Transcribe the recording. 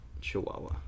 Chihuahua